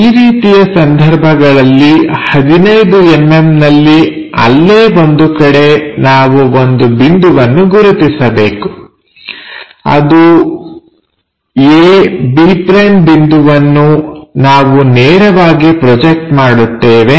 ಈ ರೀತಿಯ ಸಂದರ್ಭಗಳಲ್ಲಿ 15mmನಲ್ಲಿ ಅಲ್ಲೇ ಒಂದು ಕಡೆ ನಾವು ಒಂದು ಬಿಂದುವನ್ನು ಗುರುತಿಸಬೇಕು ಅದು a b' ಬಿಂದುವನ್ನು ನಾವು ನೇರವಾಗಿ ಪ್ರೊಜೆಕ್ಟ್ ಮಾಡುತ್ತೇವೆ